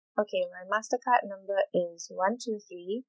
okay my mastercard number is one two three